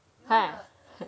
ha